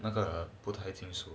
那个不太清楚